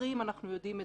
ממחקרים אנחנו יודעים,